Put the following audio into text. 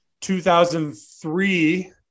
2003